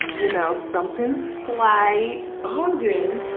know, something slight ogden.